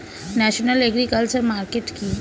National agriculture market কি?